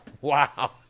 wow